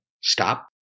stop